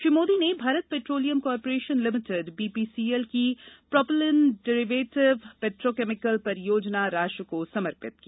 श्री मोदी ने Bharat Petroleum Corporation Limited BPCL की propylene derivative petrochemical परियोजना राष्ट्र को समर्पित की